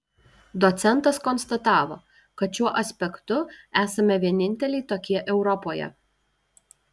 docentas konstatavo kad šiuo aspektu esame vieninteliai tokie europoje